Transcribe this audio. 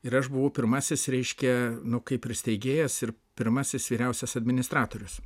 ir aš buvau pirmasis reiškia nu kaip ir steigėjas ir pirmasis vyriausias administratorius